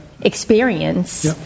experience